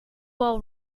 all